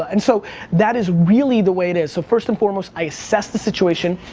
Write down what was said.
and so that is really the way it is. so first and foremost i assess the situation.